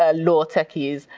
ah law techies.